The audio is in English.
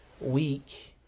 week